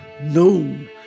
known